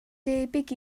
debyg